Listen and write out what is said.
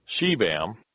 Shebam